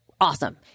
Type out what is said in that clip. awesome